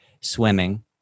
swimming